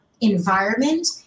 environment